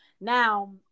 Now